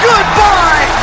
Goodbye